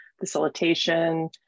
facilitation